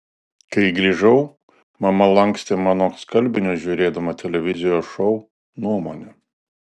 kai grįžau mama lankstė mano skalbinius žiūrėdama televizijos šou nuomonė